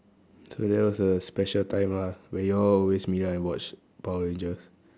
so that was a special time lah when you all always meet up and watch power rangers